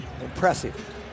Impressive